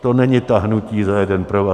To není táhnutí za jeden provaz.